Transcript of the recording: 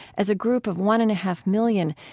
as a group of one and a half million,